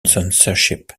censorship